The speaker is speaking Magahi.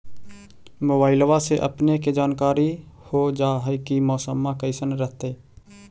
मोबाईलबा से अपने के जानकारी हो जा है की मौसमा कैसन रहतय?